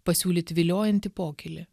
pasiūlyt viliojantį pokylį